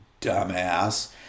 dumbass